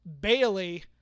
Bailey